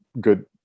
good